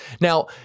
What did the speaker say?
now